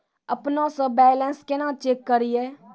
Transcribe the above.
अपनों से बैलेंस केना चेक करियै?